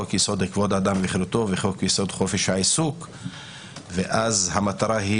חוק יסוד: כבוד האדם וחירותו וחוק יסוד: חופש העיסוק ואז המטרה היא